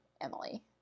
emily